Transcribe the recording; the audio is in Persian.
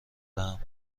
دهم